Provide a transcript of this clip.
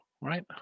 Right